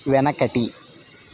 వెనకటి